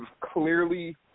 clearly